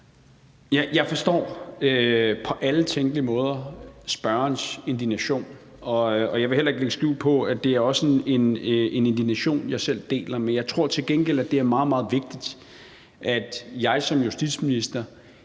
Jeg forstår på alle tænkelige måder spørgerens indignation, og jeg vil heller ikke lægge skjul på, at det også er en indignation, jeg selv deler. Men jeg tror, at det er meget, meget vigtigt, at jeg som justitsminister